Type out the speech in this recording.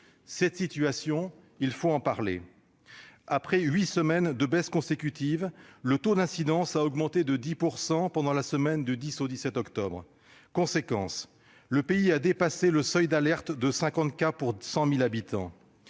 Cette situation, il faut en parler. Après huit semaines de baisse consécutive, le taux d'incidence a augmenté de 10 % durant la semaine du 10 au 17 octobre. Conséquence, le pays a dépassé le seuil d'alerte de 50 cas pour 100 000 habitants.